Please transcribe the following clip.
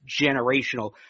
generational